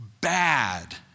bad